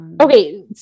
Okay